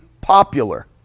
popular